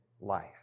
life